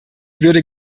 würde